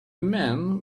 men